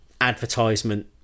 advertisement